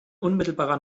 unmittelbarer